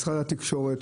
משרד התקשורת